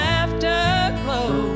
afterglow